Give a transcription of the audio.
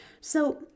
So